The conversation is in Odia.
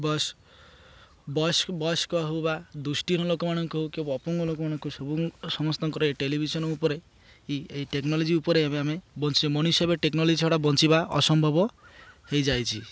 ବସ୍ ବୟସ୍କ ବୟସ୍କ ହଉ ବା ଦୃଷ୍ଟିର ଲୋକମାନଙ୍କୁ ହଉ କିବା ଅପଙ୍ଗୁ ଲୋକମାନଙ୍କୁ ହଉ ସବୁ ସମସ୍ତଙ୍କର ଏ ଟେଲିଭିଜନ୍ ଉପରେ ଏଇ ଟେକ୍ନୋଲୋଜି ଉପରେ ଏବେ ଆମେ ବଞ୍ଚୁ ମଣିଷ ଏବେ ଟେକ୍ନୋଲୋଜି ଛଡ଼ା ବଞ୍ଚିବା ଅସମ୍ଭବ ହେଇଯାଇଛି